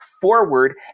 forward